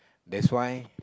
that's why